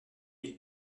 ville